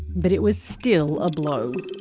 but it was still a blow.